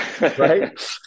right